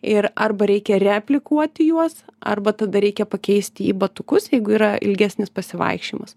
ir arba reikia reaplikuoti juos arba tada reikia pakeisti į batukus jeigu yra ilgesnis pasivaikščiojimas